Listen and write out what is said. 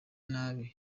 nabi